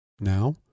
Now